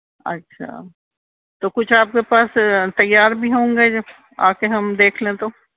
اچھا تو کچھ آپ کے پاس تیار بھی ہوں گے جو آ کے ہم دیکھ لیں تو